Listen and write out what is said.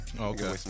Okay